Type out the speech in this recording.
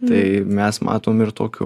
tai mes matom ir tokių